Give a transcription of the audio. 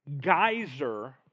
geyser